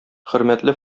хөрмәтле